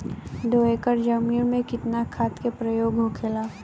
दो एकड़ जमीन में कितना खाद के प्रयोग होखेला?